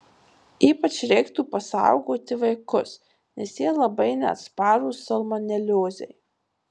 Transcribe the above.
ypač reiktų pasaugoti vaikus nes jie labai neatsparūs salmoneliozei